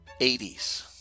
80s